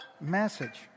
message